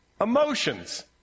Emotions